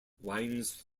winds